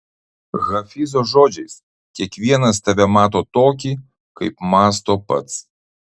hafizo žodžiais kiekvienas tave mato tokį kaip mąsto pats